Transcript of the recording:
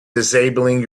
disabling